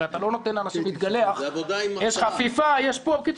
הרי אתה לא נותן לאנשים להתגלח, יש חפיפה וכו'.